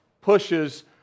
pushes